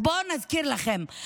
אז בואו נזכיר לכם,